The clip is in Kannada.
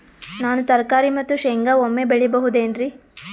ನಾನು ತರಕಾರಿ ಮತ್ತು ಶೇಂಗಾ ಒಮ್ಮೆ ಬೆಳಿ ಬಹುದೆನರಿ?